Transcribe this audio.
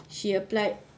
she applied